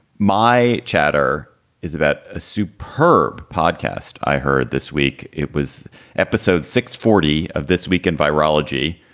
my chatter is about a superb podcast i heard this week. it was episode six forty of this week in virology,